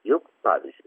juk pavyzdžiui